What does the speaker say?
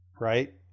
Right